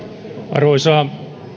arvoisa